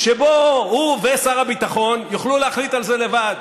שבו הוא ושר הביטחון יוכלו להחליט על זה לבד.